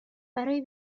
برای